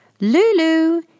Lulu